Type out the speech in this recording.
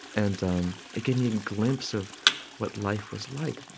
and um it gave me a glimpse of what life was like,